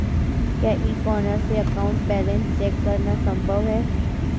क्या e corner से account balance check करना संभव है?